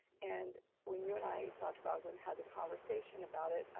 and when you and i, dr. balgobin had the conversation about it,